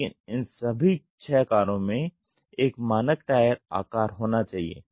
लेकिन इन सभी छह कारों में एक मानक टायर आकार होना चाहिए